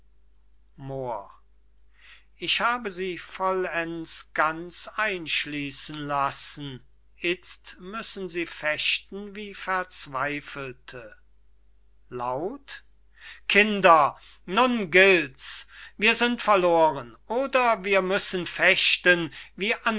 ich habe sie vollends ganz einschliessen lassen itzt müssen sie fechten wie verzweifelte laut kinder nun gilts wir sind verloren oder wir müssen fechten wie